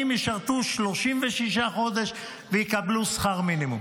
ישרתו 36 חודש ויקבלו שכר מינימום.